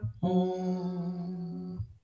home